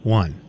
one